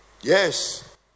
yes